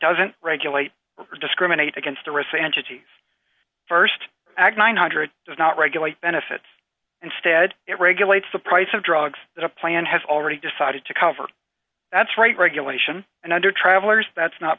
doesn't regulate discriminate against the risk and cities st act nine hundred dollars does not regulate benefits instead it regulates the price of drugs that a plan has already decided to cover that's right regulation and under travelers that's not